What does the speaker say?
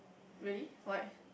really why